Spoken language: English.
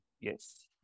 Yes